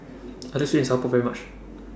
I like Sweet and Sour Pork very much